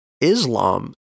Islam